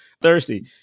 Thirsty